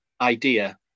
idea